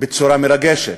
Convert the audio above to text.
בצורה מרגשת.